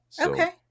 Okay